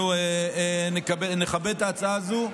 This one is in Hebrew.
אנחנו נכבד את ההצעה הזו,